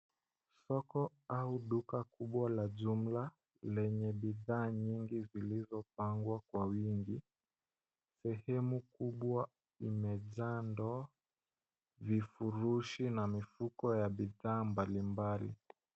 Soko au duka kubwa la jumla lenye bidhaa nyingi zilizopangwa kwa wingi. Sehemu kubwa imejaa ndoo, vifurushi na mifuko ya bidhaa mbalimbali.